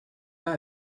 pas